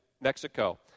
Mexico